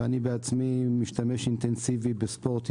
ואני בעצמי משתמש אינטנסיבי בספורט ימי,